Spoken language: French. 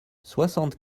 soixante